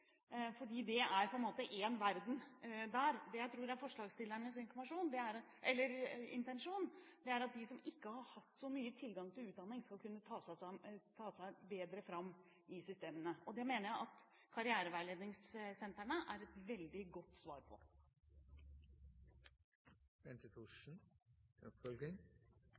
det er på en måte en verden der. Men det jeg tror er forslagsstillernes intensjon, er at de som ikke har hatt så mye tilgang til utdanning, skal kunne ta seg bedre fram i systemene. Det mener jeg at karriereveiledningssentrene er et veldig godt svar